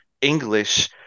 english